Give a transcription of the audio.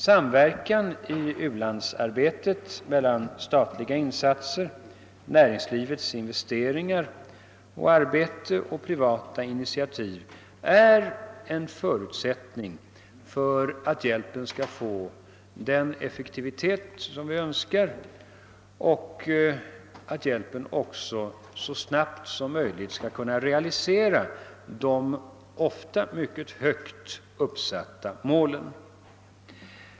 Samverkan i ulandsarbetet mellan statliga insatser, näringslivets investeringar och arbete och privata initiativ är en förutsättning för att hjälpen skall få den effektivitet som vi önskar och att hjälpen också så snabbt som möjligt skall kunna realisera de ofta mycket högt uppsatta målen.